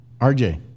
rj